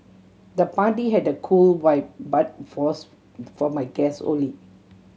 the party had a cool vibe but fours for my guest only